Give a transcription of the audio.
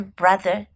brother